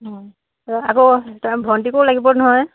আকৌ ভণ্টিকো লাগিব নহয়